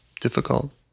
difficult